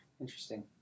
Interesting